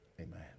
Amen